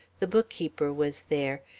the bookkeeper was there,